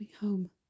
home